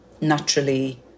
naturally